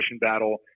battle